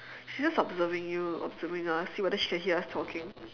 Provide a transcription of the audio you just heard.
she's just observing you observing us see whether she can hear us talking